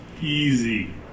easy